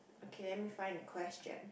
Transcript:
okay let me find a question